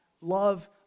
love